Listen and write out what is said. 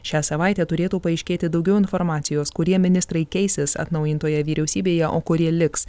šią savaitę turėtų paaiškėti daugiau informacijos kurie ministrai keisis atnaujintoje vyriausybėje o kurie liks